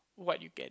what you getting